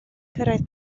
cyrraedd